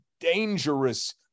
dangerous